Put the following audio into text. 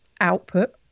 output